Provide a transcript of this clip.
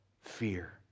fear